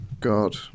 God